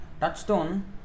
Touchstone